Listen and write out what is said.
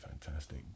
fantastic